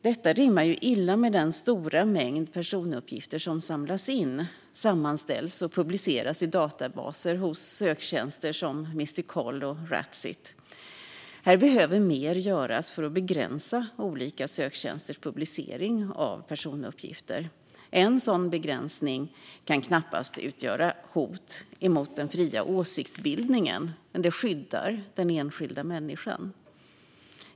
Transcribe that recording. Detta rimmar illa med den stora mängd personuppgifter som samlas in, sammanställs och publiceras i databaser hos söktjänster som Mrkoll och Ratsit. Här behöver mer göras för att begränsa olika söktjänsters publicering av personuppgifter. En sådan begränsning kan knappast utgöra ett hot mot den fria åsiktsbildningen men skyddar den enskilda människan.